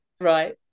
Right